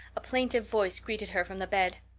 a plaintive voice greeted her from the bed.